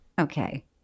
Okay